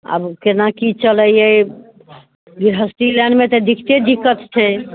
आब केना की चलै हइ गृहस्ती लाइनमे तऽ दिकते दिक्कत छै